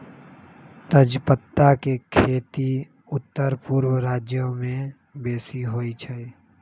तजपत्ता के खेती उत्तरपूर्व राज्यमें बेशी होइ छइ